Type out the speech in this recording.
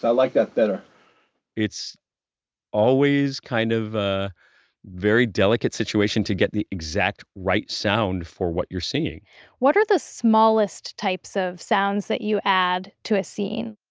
so like that better it's always kind of a very delicate situation to get the exact right sound for what you're seeing what are the smallest types of sounds that you add to a scene?